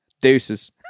Deuces